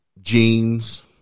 Jeans